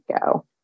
go